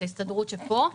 את ההסתדרות שפה,